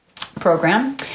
program